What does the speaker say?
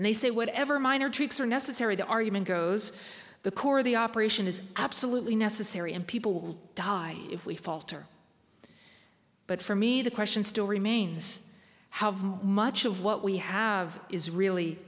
and they say whatever minor tweaks are necessary the argument goes the core of the operation is absolutely necessary and people will die if we falter but for me the question still remains how much of what we have is really